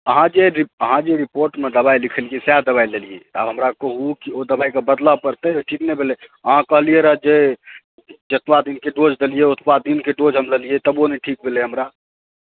अहाँ जे अहाँ जे रिपोर्टमे दवाइ लिखलियै सएह सभ दवाइ लेलियै से आब हमरा कहु ओ दवाइकेँ बदलऽ पड़तै ठीक नहि भेलै अहाँ कहलियै रहै जतबा दिनके डोज देलियै ओतबा दिनके डोज हम लेलियै तबो नहि ठीक भेलै हमरा